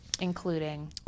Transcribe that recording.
including